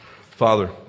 father